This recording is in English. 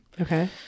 Okay